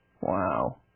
Wow